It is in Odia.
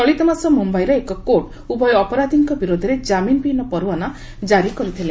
ଚଳିତମାସ ମୁମ୍ଭାଇର ଏକ କୋର୍ଟ ଉଭୟ ଅପରାଧୀଙ୍କ ବିରୋଧରେ ଜାମିନ ବିହୀନ ପରୱାନା କ୍ଷାରି କରିଥିଲେ